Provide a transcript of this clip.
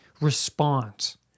response